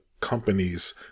companies